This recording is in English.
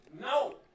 No